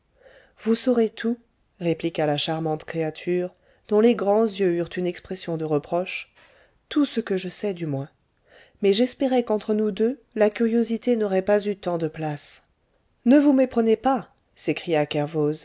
vous saurez tout répliqua la charmante créature dont les grands yeux eurent une expression de reproche tout ce que je sais du moins mais j'espérais qu'entre nous deux la curiosité n'aurait pas eu tant de place ne vous méprenez pas s'écria